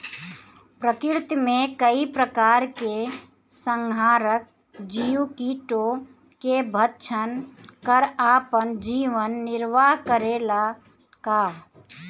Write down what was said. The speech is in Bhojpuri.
प्रकृति मे कई प्रकार के संहारक जीव कीटो के भक्षन कर आपन जीवन निरवाह करेला का?